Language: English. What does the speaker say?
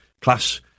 class